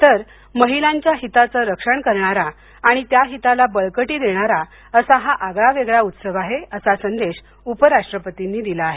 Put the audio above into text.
तर महिलांच्या हिताचं रक्षण करणारा आणि त्या हिताला बळकटी देणारा असा हा आगळा वेगळा उत्सव आहे असा संदेश उपराष्ट्रपतींनी दिला आहे